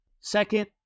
Second